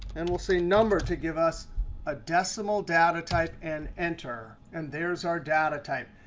and we'll say number to give us a decimal data type, and enter. and there's our data type.